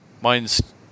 Mine's